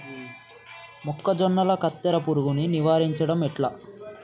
మొక్కజొన్నల కత్తెర పురుగుని నివారించడం ఎట్లా?